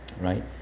right